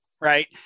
right